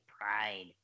pride